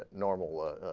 ah normal ah.